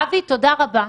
אבי, תודה רבה.